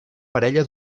parella